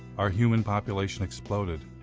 our human population exploded.